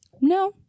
No